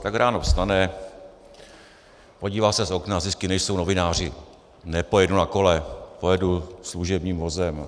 Tak ráno vstane, podívá se z okna a zjistí: Nejsou novináři, nepojedu na kole, pojedu služebním vozem.